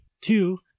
Two